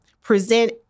present